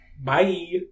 Bye